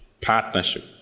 Partnership